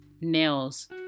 Nails